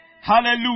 Hallelujah